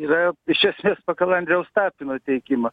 yra iš esmės pagal andriaus tapino teikimą